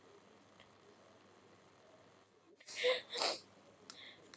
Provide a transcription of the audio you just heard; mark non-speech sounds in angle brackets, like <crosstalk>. <noise>